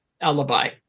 alibi